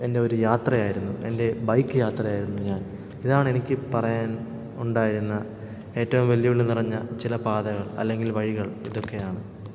എൻ്റെ ഒരു യാത്രയായിരുന്നു എൻ്റെ ബൈക്ക് യാത്രയായിരുന്നു ഞാൻ ഇതാണെനിക്ക് പറയാൻ ഉണ്ടായിരുന്ന ഏറ്റവും വെല്ലുവിളി നിറഞ്ഞ ചില പാതകൾ അല്ലെങ്കിൽ വഴികൾ ഇതൊക്കെയാണ്